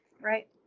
right